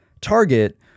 target